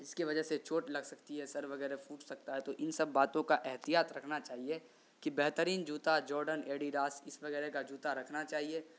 جس کی وجہ سے چوٹ لگ سکتی ہے سر وغیرہ پھوٹ سکتا ہے تو ان سب باتوں کا احتیاط رکھنا چاہیے کہ بہترین جوتا جوڈن ایڈیڈاس اس وغیرہ کا جوتا رکھنا چاہیے